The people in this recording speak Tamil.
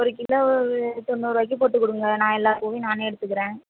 ஒரு கிலோ தொண்ணூறு ரூபாய்க்கு போட்டு கொடுங்க நான் எல்லா பூவையும் நானே எடுத்துக்கிறேன்